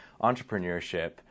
entrepreneurship